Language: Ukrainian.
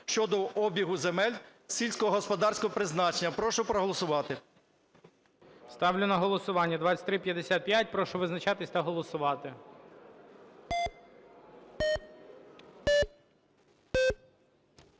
щодо обігу земель сільськогосподарського призначення. Прошу проголосувати. ГОЛОВУЮЧИЙ. Ставлю на голосування 2355. Прошу визначатись та голосувати.